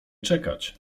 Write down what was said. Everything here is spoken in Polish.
czekać